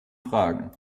fragen